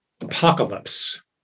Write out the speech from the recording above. apocalypse